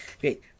Great